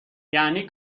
یعنی